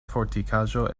fortikaĵo